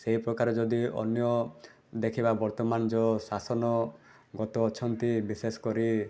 ସେହିପ୍ରକାର ଯଦି ଅନ୍ୟ ଦେଖିବା ବର୍ତ୍ତମାନ ଯେଉଁ ଶାସନ ଗତ ଅଛନ୍ତି ବିଶେଷ କରି